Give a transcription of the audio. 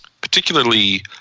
particularly –